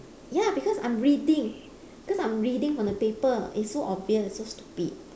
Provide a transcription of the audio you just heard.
ya because I'm reading because I'm reading on the paper it's so obvious so stupid